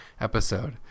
episode